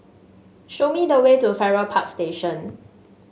show me the way to Farrer Park Station